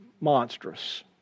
monstrous